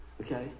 okay